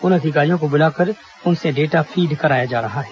उन अधिकारियों को बुलाकर डाटा फीड कराया जा रहा है